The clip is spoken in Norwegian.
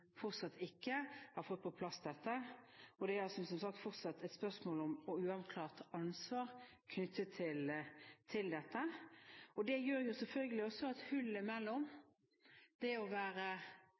fortsatt ikke har fått på plass dette. Og det er, som sagt, fortsatt et spørsmål om uavklart ansvar knyttet til dette. Det gjør selvfølgelig også at hullet